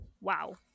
wow